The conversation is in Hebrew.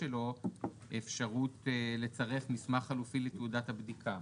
שלו אפשרות לצרף מסמך חלופי לתעודת הבדיקה